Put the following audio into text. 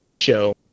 show